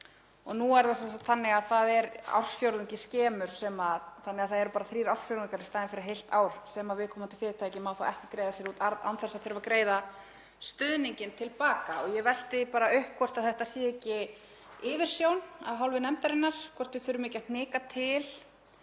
Nú er það sem sagt ársfjórðungi skemur, þannig að það eru bara þrír ársfjórðungar í staðinn fyrir heilt ár sem viðkomandi fyrirtæki má þá ekki að greiða sér út arð án þess að þurfa að greiða stuðninginn til baka. Ég velti því bara upp hvort þetta sé ekki yfirsjón af hálfu nefndarinnar, hvort við þurfum ekki að hnika til